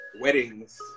weddings